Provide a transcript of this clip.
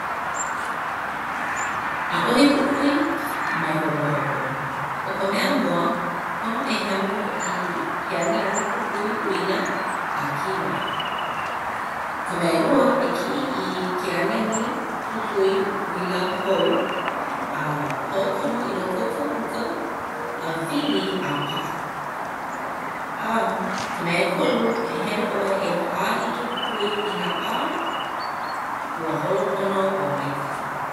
ʻAʻohe kukui mai hopohopo. ʻO ka mea mua pono e hemo i ke aniani kukui uila a kiloi. Ka mea ʻelua e kiʻi i ke aniani kukui uila hou a hoʻokomo i loko o ka puka a wili a paʻa. A ka mea ʻekolu e hele ʻoe e hoʻā i ke kukui inā ʻā, ua holopono ua maikaʻi.